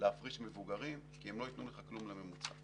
להפריש מבוגרים כי הם לא ייתנו לך כלום לממוצע.